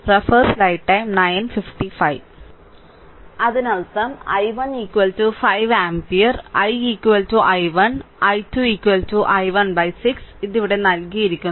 അതിനർത്ഥം i1 5 amp i i1 i2 i1 6 ഇവിടെ ഇത് നൽകിയിരിക്കുന്നു